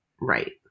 right